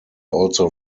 also